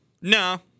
no